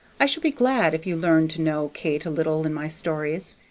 i shall be glad if you learn to know kate a little in my stories.